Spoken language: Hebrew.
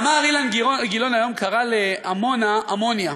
אמר אילן גילאון, היום קרא לעמונה "אמוניה".